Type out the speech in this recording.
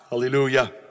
hallelujah